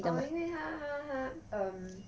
orh 因为他他他 um